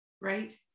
Right